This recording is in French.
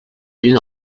lune